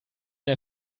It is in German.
der